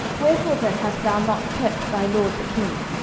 wherefore then hast thou not kept thy lord the king?